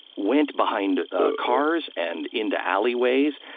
went behind ah cars and into alleyways,